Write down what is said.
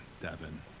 Devin